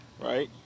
Right